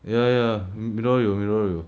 ya ya mineral 有 mineral 有